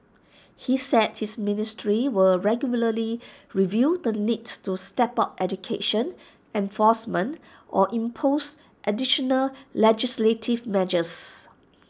he said his ministry will regularly review the need to step up education enforcement or impose additional legislative measures